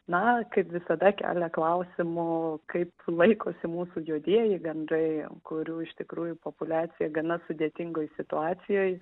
na kaip visada kelia klausimų kaip laikosi mūsų juodieji gandrai kurių iš tikrųjų populiacija gana sudėtingoj situacijoj